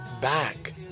back